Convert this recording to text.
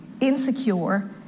insecure